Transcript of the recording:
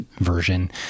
version